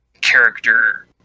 character